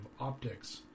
optics